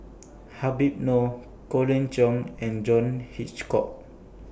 Habib Noh Colin Cheong and John Hitchcock